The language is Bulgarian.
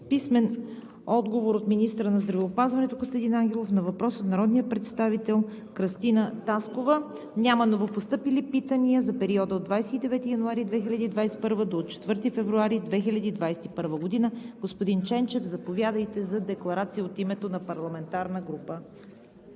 Сидорова; - министъра на здравеопазването Костадин Ангелов на въпрос от народния представител Кръстина Таскова. Няма новопостъпили питания за периода от 29 януари – 4 февруари 2021 г. Господин Ченчев, заповядайте за декларация от името на парламентарна група.